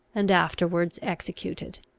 and afterwards executed.